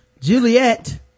juliet